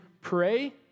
pray